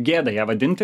gėda ją vadinti